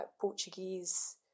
Portuguese